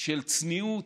של צניעות,